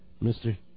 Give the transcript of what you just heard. Mister